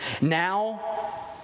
Now